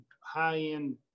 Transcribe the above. high-end